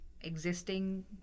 existing